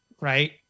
right